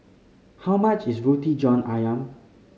how much is Roti John Ayam